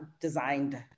designed